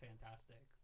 fantastic